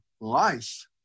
life